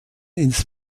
ins